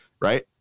right